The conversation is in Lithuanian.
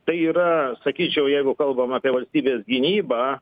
tai yra sakyčiau jeigu kalbam apie valstybės gynybą